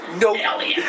No